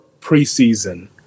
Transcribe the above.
preseason